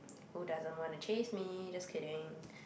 who doesn't want to chase me just kidding